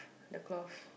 the cloth